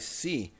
see